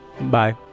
Bye